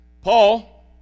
Paul